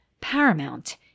paramount